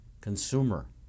consumer